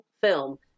film